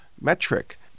Metric